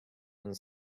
and